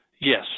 Yes